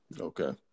okay